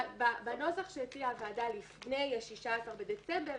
בנוסח שהציעה הוועדה לפני ה-16 בדצמבר,